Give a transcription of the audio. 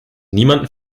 niemanden